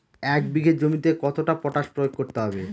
এক বিঘে জমিতে কতটা পটাশ প্রয়োগ করতে হবে?